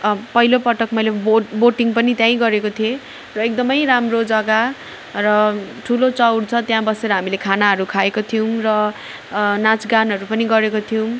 पहिलो पटक मैले बोट बोटिङ पनि त्यही गरेको थिएँ र एकदम राम्रो जगा र ठुलो चौर छ त्यहाँ बसेर हामीले खानाहरू खाएको थियौँ र नाच गाानहरू पनि गरेको थियौँ